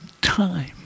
time